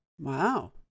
Wow